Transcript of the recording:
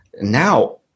Now